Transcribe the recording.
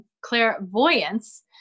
clairvoyance